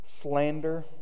slander